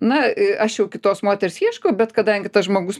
na aš jau kitos moters ieškau bet kadangi tas žmogus